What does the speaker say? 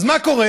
אז מה קורה?